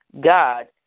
God